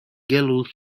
gallows